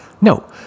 no